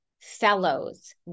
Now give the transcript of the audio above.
fellows